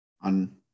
on